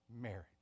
marriage